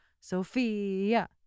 Sophia